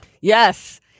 Yes